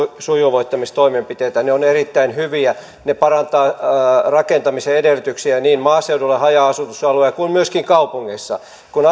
sujuvoittamistoimenpiteitä ne ovat erittäin hyviä ne parantavat rakentamisen edellytyksiä niin maaseudulla haja asutusalueella kuin myöskin kaupungeissa kun